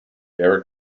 air